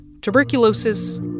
Tuberculosis